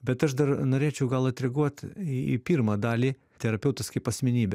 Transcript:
bet aš dar norėčiau gal atreaguot į į pirmą dalį terapeutas kaip asmenybė